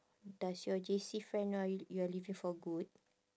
does your J_C friend know you are leaving for good